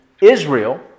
Israel